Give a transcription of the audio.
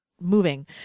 moving